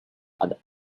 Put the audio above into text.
are